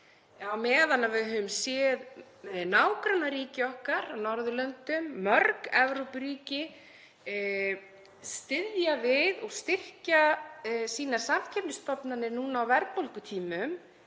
Á meðan við höfum séð nágrannaríki okkar á Norðurlöndum og mörg Evrópuríki styðja við og styrkja sínar samkeppnisstofnanir nú á verðbólgutímum,